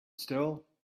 still